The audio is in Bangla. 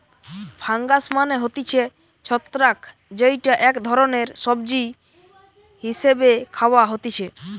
ফাঙ্গাস মানে হতিছে ছত্রাক যেইটা এক ধরণের সবজি হিসেবে খাওয়া হতিছে